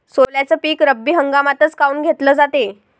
सोल्याचं पीक रब्बी हंगामातच काऊन घेतलं जाते?